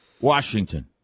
Washington